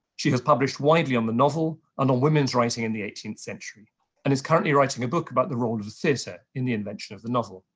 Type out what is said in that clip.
she has published widely on the novel and on women's writing in the eighteenth century and is currently writing a book about the role of of theatre in the invention of the novel.